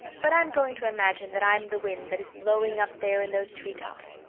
but i'm going to imagine that i'm the wind that is blowing up there in those tree tops.